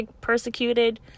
persecuted